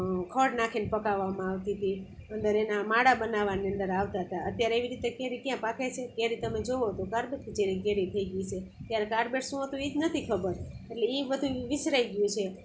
ખડ નાખીને પકવવામાં આવતી તી અંદર એના માળા બનાવવાની અંદર આવતા તા અત્યારે એવી રીતે ક્યાં કેરી પાકે છે કેરી તમે જુઓ તો કારબાઇટુ જેવી કેરી થઈ ગઈ છે ત્યારે કારબાઇટ શું હતું એ જ નહોતી ખબર એટલે એ બધું વિસરાઈ ગયું છે